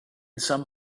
some